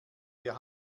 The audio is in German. wir